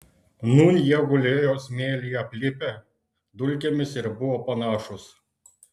nūn jie gulėjo smėlyje aplipę dulkėmis ir buvo panašūs